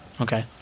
okay